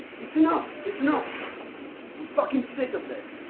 it's enough! it's enough! i'm fucking sick of this!